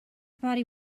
body